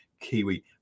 Kiwi